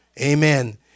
Amen